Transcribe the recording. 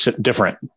different